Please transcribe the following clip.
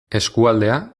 eskualdea